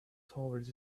towards